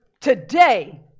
Today